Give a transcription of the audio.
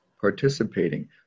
participating